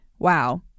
wow